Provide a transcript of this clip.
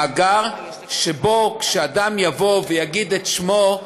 מאגר שבו כשאדם יבוא ויגיד את שמו,